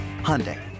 Hyundai